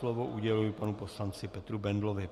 Slovo uděluji panu poslanci Petru Bendlovi.